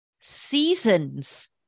seasons